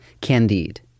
Candide